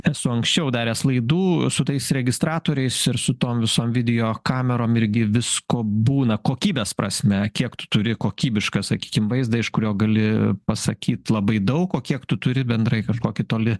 esu anksčiau daręs laidų su tais registratoriais ir su tom visom video kamerom irgi visko būna kokybės prasme kiek tu turi kokybišką sakykim vaizdą iš kurio gali pasakyt labai daug o kiek tu turi bendrai kažkokį toli